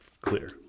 clear